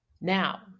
Now